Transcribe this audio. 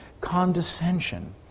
condescension